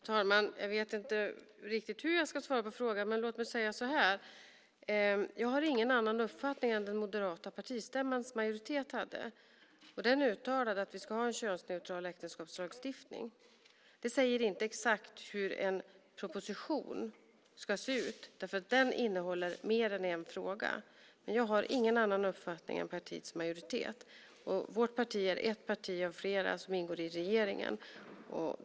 Herr talman! Jag vet inte riktigt hur jag ska svara på frågan, men låt mig säga så här. Jag har ingen annan uppfattning än den som den moderata partistämmans majoritet hade, och den uttalade att vi ska ha en könsneutral äktenskapslagstiftning. Det säger inte exakt hur en proposition ska se ut, därför att den innehåller mer än en fråga. Jag har ingen annan uppfattning än partiets majoritet, och vårt parti är ett parti av flera som ingår i regeringen.